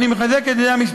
אני מחזק את ידי המשפחה,